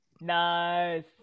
Nice